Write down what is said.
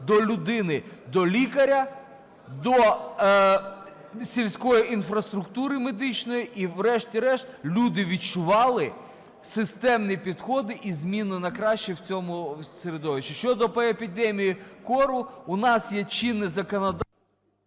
до людини, до лікаря, до сільської інфраструктури медичної, і врешті-решт люди відчували системні підходи і зміну на краще в цьому середовищі. Щодо епідемії кору. У нас є чинне законодавство…